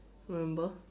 remember